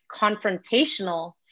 confrontational